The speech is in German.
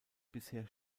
bisher